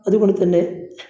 അതുകൊണ്ട്തന്നെ